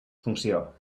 funció